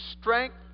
strength